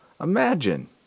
Imagine